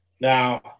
Now